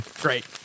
Great